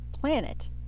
planet